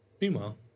meanwhile